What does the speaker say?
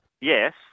Yes